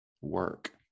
work